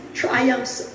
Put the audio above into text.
triumphs